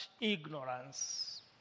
ignorance